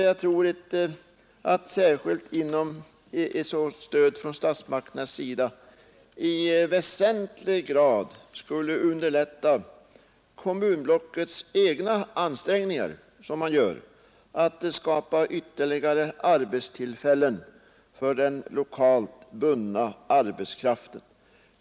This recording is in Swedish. Jag tror att särskilt ett sådant stöd från statsmakternas sida i väsentlig grad skulle underlätta detta kommunblocks egna ansträngningar att skapa ytterligare arbetstillfällen för den lokalt bundna arbetskraften.